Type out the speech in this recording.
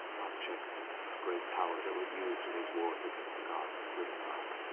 objects of great power that were used in these wars against the gods, good and dark.